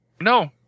No